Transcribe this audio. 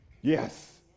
Yes